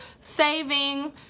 saving